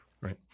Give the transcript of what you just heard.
Right